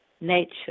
nature